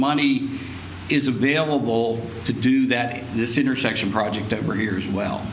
money is available to do that this intersection project that we're here as well